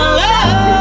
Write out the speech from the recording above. love